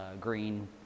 green